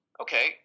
okay